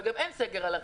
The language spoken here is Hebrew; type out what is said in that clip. וגם אין סגר על ערים,